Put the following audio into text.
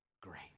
great